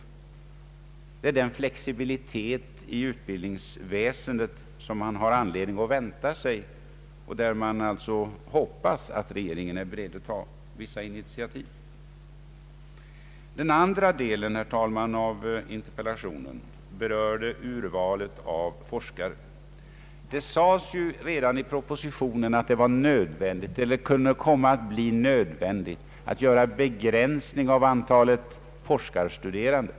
Detta är den flexibilitet i utbildningsväsendet som man har anledning att vänta sig. Det är bara att hoppas att regeringen är beredd att ta vissa initiativ. Herr talman! Den andra delen av interpellationen berörde urvalet av forskare. Det sades redan i propositionen att det var nödvändigt eller kunde komma att bli nödvändigt att göra en begränsning av antalet forskarstuderande.